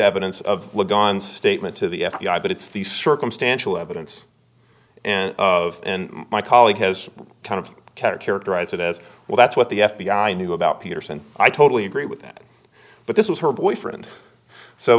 evidence of the gun statement to the f b i but it's the circumstantial evidence and of my colleague has kind of care characterize it as well that's what the f b i knew about peterson i totally agree with that but this was her boyfriend so